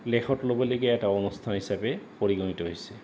লেখত ল'বলগীয়া এটা অনুষ্ঠান হিচাপে পৰিগণিত হৈছে